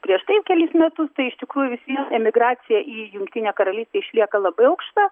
prieš tai jau kelis metus tai iš tikrųjų vis vien emigracija į jungtinę karalystę išlieka labai aukšta